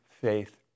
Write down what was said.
faith